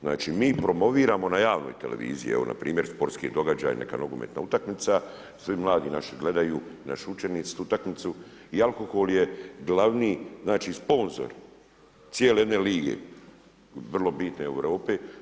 Znači mi promoviramo na javnoj televiziji, evo npr. sportski događaj, neka nogometna utakmica, svi mladi naši gledaju, naši učenici utakmicu i alkohol je glavni, znači sponzor cijele jedne lige, vrlo bitne u Europi.